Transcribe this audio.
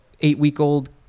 eight-week-old